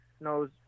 knows